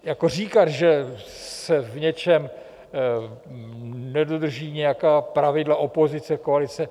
Jako říkat, že se v něčem nedodrží nějaká pravidla, opozice, koalice...